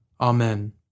Amen